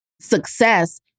success